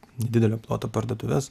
didelio ploto parduotuves